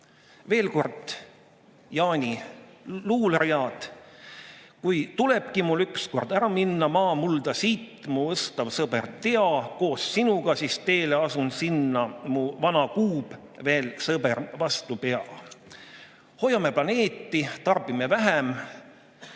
Veel kord Jaani luuleread: "Kui tulebki mul ükskord ära minna maamulda siit, mu ustav sõber, tea, koos sinuga siis teele asun sinna. Mu vana kuub veel, sõber, vastu pea." Hoiame planeeti, tarbime vähem,